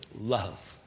love